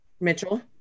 Mitchell